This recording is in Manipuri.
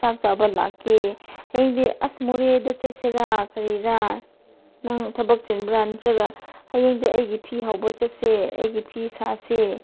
ꯆꯥꯛ ꯆꯥꯕ ꯂꯥꯛꯀꯦ ꯍꯌꯦꯡꯗꯤ ꯑꯁ ꯃꯣꯔꯦꯗ ꯆꯠꯁꯤꯔꯥ ꯀꯔꯤꯔꯥ ꯅꯪ ꯊꯕꯛ ꯆꯤꯟꯕ꯭ꯔꯥ ꯅꯠꯇ꯭ꯔꯒ ꯍꯌꯦꯡꯗꯤ ꯑꯩꯒꯤ ꯐꯤ ꯍꯧꯕ ꯆꯠꯁꯦ ꯑꯩꯒꯤ ꯐꯤ ꯁꯥꯁꯦ